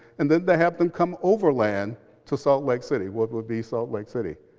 and then have then come over land to salt lake city, what would be salt lake city.